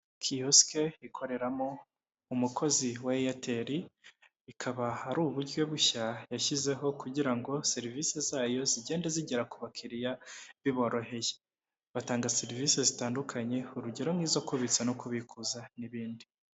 Kiyosike, ikoreramo umukozi wa Airtel, ikaba ari uburyo bushya yashyizeho kugira ngo serivisi zayo zigende zigera ku bakiriya biboroheye, batanga serivisi zitandukanye, urugero nk'izo kubitsa no kubikuza, n'ibindi.